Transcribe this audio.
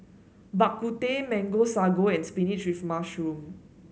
Bak Kut Teh Mango Sago and spinach with mushroom